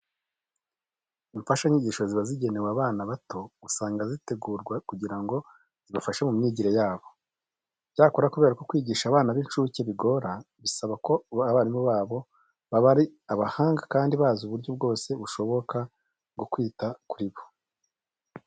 Imfashanyigisho ziba zigenewe abana bato usanga zitegurwa kugira ngo zibafashe mu myigire yabo. Icyakora kubera ko kwigisha abana b'incuke bigora, bisaba ko abarimu babo baba ari abahanga kandi bazi uburyo bwose bushoboka bwo kwita kuri bo.